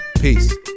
Peace